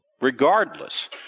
Regardless